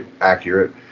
accurate